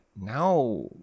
now